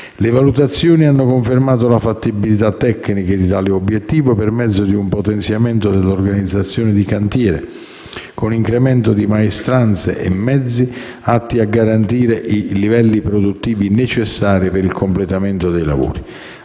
Le valutazioni hanno confermato la fattibilità tecnica di tale obiettivo per mezzo di un potenziamento dell'organizzazione di cantiere, con incremento di maestranze e mezzi atto a garantire i livelli produttivi necessari per il completamento dei lavori.